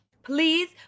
Please